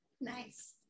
nice